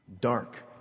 Dark